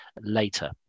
later